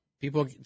People